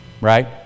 right